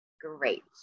Great